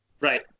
Right